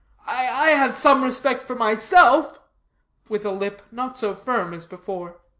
i have some respect for myself with a lip not so firm as before.